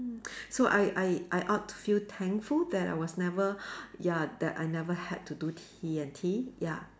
mm so I I I ought to feel thankful that I was never ya that I never had to do D&T ya